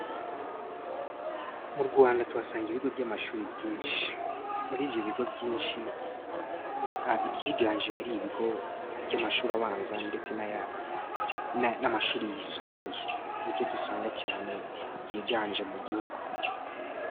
Mu Rwanda, tuhasanga ibigo by'amashuri byinshi, muri ibyo bigo byinshi ibyiganje, aba ari ibigo by'amashuri abanza ndetse' n'amashuri yisumbuye, ni byo dusanga cyane byiganje mu gihugu.